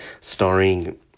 starring